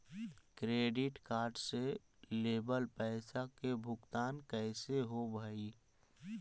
Credit card से लेवल पैसा के भुगतान कैसे होव हइ?